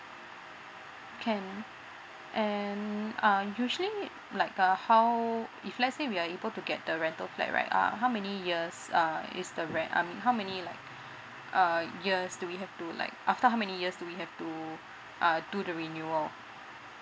can and uh usually like uh how if let's say we are able to get the rental flat right uh how many years uh is the ren~ uh i mean how many like uh years do we have to like after how many years do we have to uh do the renewal